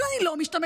אבל אני לא משתמשת,